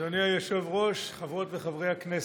אדוני היושב-ראש, חברות וחבריי הכנסת,